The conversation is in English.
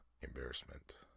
embarrassment